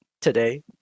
today